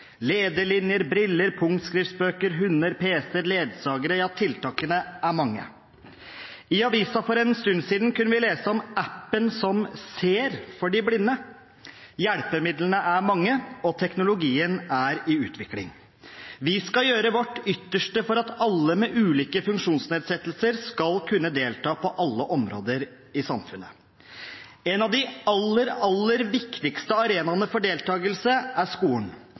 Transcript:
briller, punktskriftbøker, hunder, pc, ledsagere – ja, tiltakene er mange. I avisen for en stund siden kunne vi lese om app-en som ser for de blinde. Hjelpemidlene er mange, og teknologien er i utvikling. Vi skal gjøre vårt ytterste for at alle med ulike funksjonsnedsettelser skal kunne delta på alle områder i samfunnet. En av de aller, aller viktigste arenaene for deltagelse er skolen,